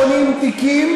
180 תיקים